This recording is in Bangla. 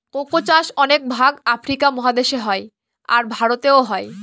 কোকো চাষ অনেক ভাগ আফ্রিকা মহাদেশে হয়, আর ভারতেও হয়